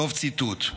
סוף ציטוט.